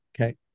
Okay